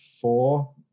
four